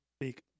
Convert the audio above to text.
speak